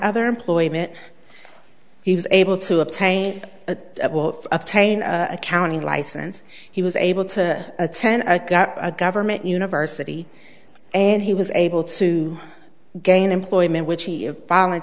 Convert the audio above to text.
other employment he was able to obtain a obtain accounting license he was able to attend a government university and he was able to gain employment which he